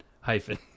hyphen